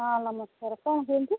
ହଁ ନମସ୍କାର କ'ଣ କୁହନ୍ତୁ